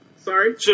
Sorry